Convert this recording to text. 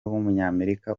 w’umunyamerika